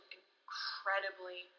incredibly